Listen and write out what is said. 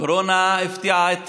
הקורונה הפתיעה את